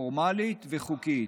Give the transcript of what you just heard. פורמלית וחוקית,